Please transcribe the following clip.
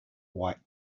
white